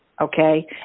okay